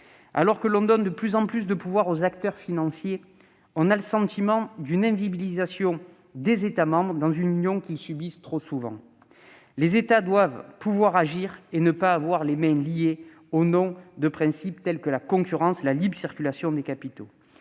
Alors que l'on donne un pouvoir croissant aux acteurs financiers, on a le sentiment d'une « invisibilisation » des États membres dans une union qu'ils subissent trop souvent. Les États doivent pouvoir agir et ne pas avoir les mains liées au nom de principes tels que la concurrence ou la libre circulation des capitaux.